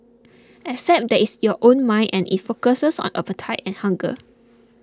except that it's your own mind and it focuses on appetite and hunger